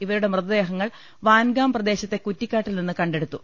ഇവരുടെ മൃതദേഹങ്ങൾ വാൻഗാം പ്രദേ ശത്തെ കുറ്റിക്കാട്ടിൽനിന്ന് കണ്ടെടുത്തു